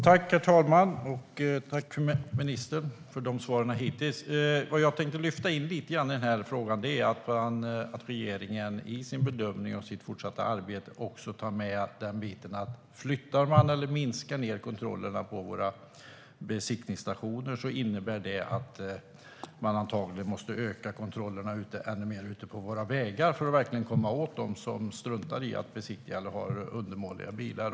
Herr talman! Tack, ministern, för svaren hittills! Vad jag vill lyfta in i den här frågan är att regeringen i sitt fortsatta arbete också tar med att om man minskar ned på kontrollerna på våra besiktningsstationer innebär det att man antagligen måste öka kontrollerna ännu mer ute på våra vägar för att verkligen komma åt dem som struntar i att besiktiga eller har undermåliga bilar.